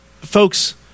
folks